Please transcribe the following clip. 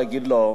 להגיד לו,